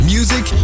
Music